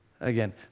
again